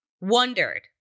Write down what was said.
wondered